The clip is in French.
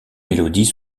mélodies